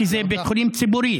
כי זה בית חולים ציבורי,